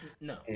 No